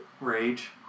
rage